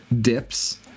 dips